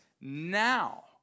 now